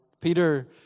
Peter